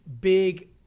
big